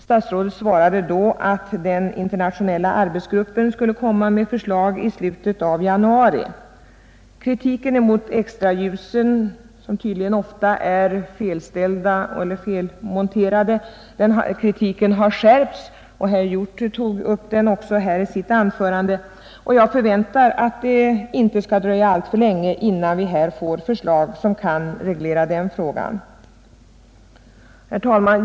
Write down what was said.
Statsrådet svarade att den internationella arbetsgruppen skulle framlägga förslag i slutet av januari. Kritiken mot extraljusen, som tydligen ofta är felinställda eller felmonterade, har skärpts, såsom även herr Hjorth påpekade i sitt anförande. Jag förväntar att det inte skall dröja alltför länge innan vi får förslag som reglerar denna fråga. Herr talman!